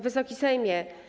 Wysoki Sejmie!